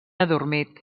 adormit